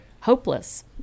hopeless